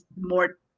more